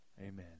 amen